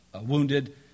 wounded